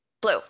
Blue